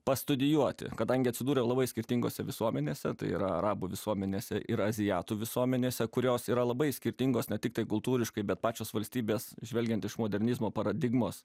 pastudijuoti kadangi atsidūriau labai skirtingose visuomenėse ir arabų visuomenėse ir azijatų visuomenėse kurios yra labai skirtingos ne tiktai kultūriškai bet pačios valstybės žvelgiant iš modernizmo paradigmos